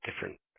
different